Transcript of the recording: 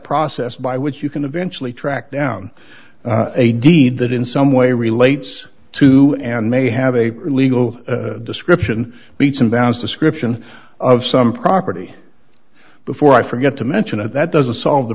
process by which you can eventually track down a deed that in some way relates to and may have a legal description beetson bounce description of some property before i forget to mention it that doesn't solve the